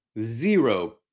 zero